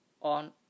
on